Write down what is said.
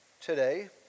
today